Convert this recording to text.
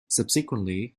subsequently